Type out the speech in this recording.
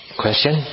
question